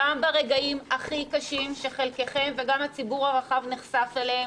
גם ברגעים הכי קשים שחלקכם וגם הציבור הרחב נחשף אליהם,